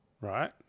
Right